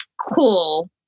Cool